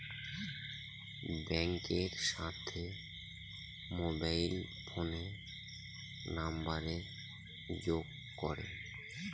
ব্যাঙ্কের সাথে মোবাইল ফোনের নাম্বারের যোগ করে